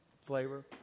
flavor